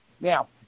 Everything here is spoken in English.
Now